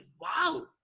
wow